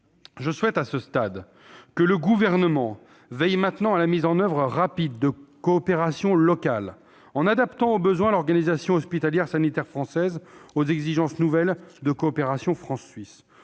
je souhaite que le Gouvernement veille maintenant à la mise en oeuvre rapide de coopérations locales, en adaptant au besoin l'organisation hospitalière sanitaire française aux exigences nouvelles de la coopération entre